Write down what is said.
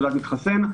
תעודת מתחסן.